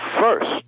first